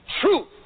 truth